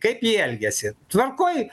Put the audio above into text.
kaip jie elgiasi tvarkoj